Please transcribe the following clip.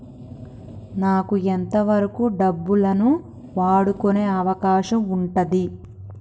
నాకు ఎంత వరకు డబ్బులను వాడుకునే అవకాశం ఉంటది?